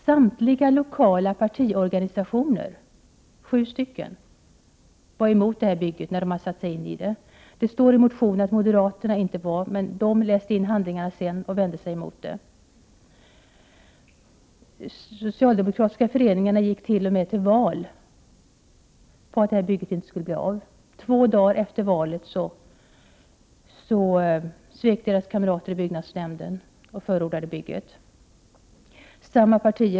Samtliga lokala partiorganisationer, sju stycken, var emot det här bygget, när de hade satt sig in i ärendet. Det står i motionen att moderaterna inte var emot, men de läste in handlingarna sedan och vände sig också mot det. De socialdemokratiska föreningarna gick t.o.m. till val på att bygget inte skulle bli av. Två dagar efter valet svek deras kamrater i byggnadsnämnden och förordade bygget.